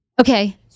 Okay